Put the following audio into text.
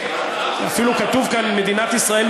אפילו כתוב כאן: מדינת ישראל,